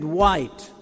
white